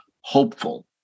hopeful